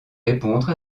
répondre